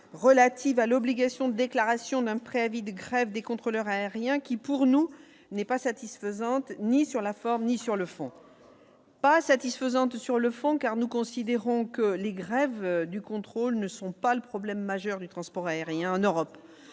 relative à l'obligation de déclaration d'un préavis de grève des contrôleurs aériens qui pour nous n'est pas satisfaisante ni sur la forme ni sur le fond, pas satisfaisante sur le fond car nous considérons que les grèves du contrôle ne sont pas le problème majeur du transport aérien en Europe